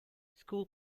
school